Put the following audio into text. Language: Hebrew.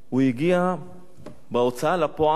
הוא הגיע בהוצאה לפועל